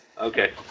Okay